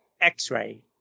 x-ray